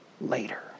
later